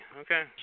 Okay